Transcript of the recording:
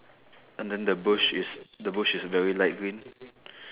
and then the bush is the bush is very light green